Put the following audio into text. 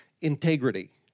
integrity